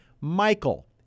Michael